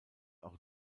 auch